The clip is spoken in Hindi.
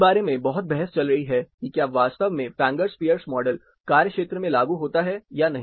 इस बारे में बहुत बहस चल रही है कि क्या वास्तव में फैंगर्स पियर्स मॉडल कार्यक्षेत्र में लागू होता है या नहीं